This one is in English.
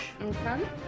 Okay